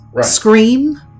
scream